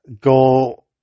go